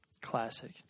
Classic